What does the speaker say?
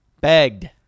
begged